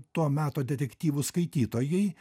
to meto detektyvų skaitytojai